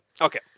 Okay